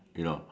you know